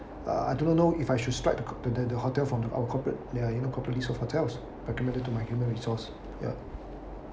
uh I don't know if I should strike the the hotel from our corporate ya you know corporate list of hotels recommended to my human resource ya